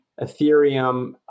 Ethereum